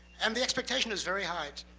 and the expectation is very high,